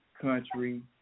country